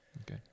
Okay